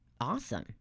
awesome